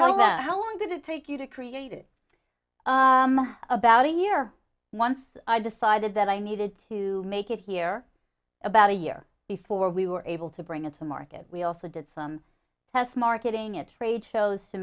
that how long did it take you to create it about a year once i decided that i needed to make it here about a year before we were able to bring it to market we also did some test marketing at trade shows to